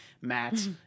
Matt